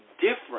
different